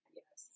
yes